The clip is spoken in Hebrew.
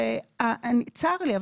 צר לי,